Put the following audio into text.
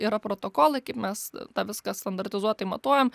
yra protokolai kaip mes tą viską standartizuotai matuojam